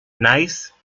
nice